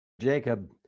Jacob